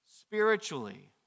spiritually